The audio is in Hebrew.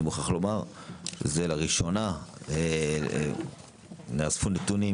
אני מוכרח לומר שלראשונה נאספו נתונים